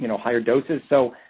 and higher doses. so,